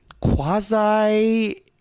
quasi